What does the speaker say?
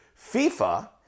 FIFA